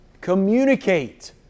Communicate